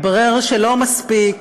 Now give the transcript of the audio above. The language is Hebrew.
מתברר שלא מספיק